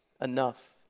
enough